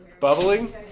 Bubbling